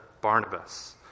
Barnabas